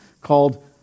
called